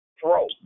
throw